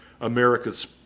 America's